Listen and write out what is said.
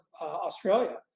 Australia